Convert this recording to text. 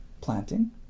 planting